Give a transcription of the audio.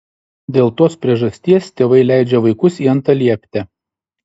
dėl tos priežasties tėvai leidžia vaikus į antalieptę